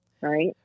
right